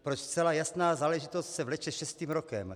Proč zcela jasná záležitost se vleče šestým rokem?